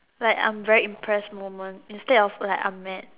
like I'm very impressed moment instead of like I'm mad